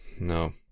No